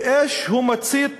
באש שהוא מצית